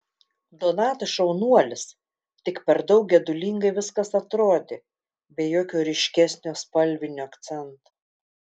donatas šaunuolis tik per daug gedulingai viskas atrodė be jokio ryškesnio spalvinio akcento